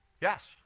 Yes